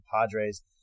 Padres